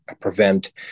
prevent